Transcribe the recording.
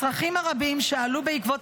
הצרכים הרבים שעלו בעקבות